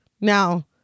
Now